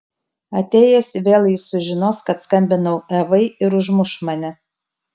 atėjęs vėl jis sužinos kad skambinau evai ir užmuš mane